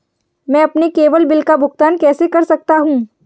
मैं अपने केवल बिल का भुगतान कैसे कर सकता हूँ?